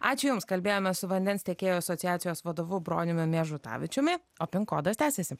ačiū jums kalbėjomės su vandens tiekėjų asociacijos vadovu broniumi miežutavičiumi o pin kodas tęsiasi